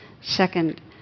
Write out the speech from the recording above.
second